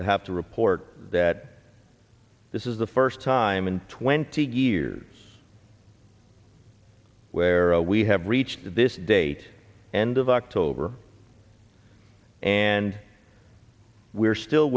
to have to report that this is the first time in twenty years where we have reached this date end of october and we're still